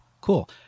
Cool